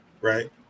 right